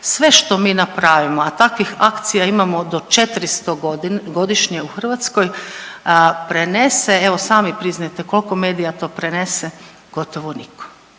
sve što mi napravimo, a takvih akcija imamo do 400 godišnje u Hrvatskoj, prenese, evo sami priznajte kolko medija to prenese, gotovo niko